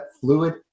fluid